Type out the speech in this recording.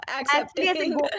accepting